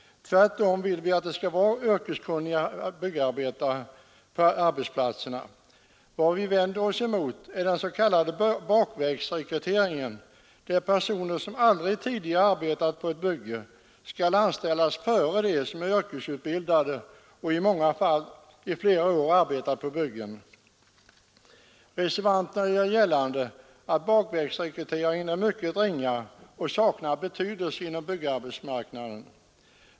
Tvärtom vill vi att det skall vara yrkeskunniga arbetare på byggarbetsplatserna. Vad vi vänder oss mot är den s.k. bakvägsrekryteringen, där personer som aldrig tidigare arbetat på ett bygge skall anställas före dem som är yrkesutbildade och i många fall i flera år arbetat på byggen. Reservanterna gör gällande att bakvägsrekryteringen är mycket ringa och saknar betydelse inom byggarbetsmarknaden.